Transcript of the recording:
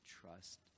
trust